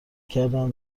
کردن